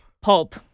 Pulp